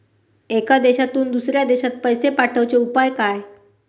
एका देशातून दुसऱ्या देशात पैसे पाठवचे उपाय काय?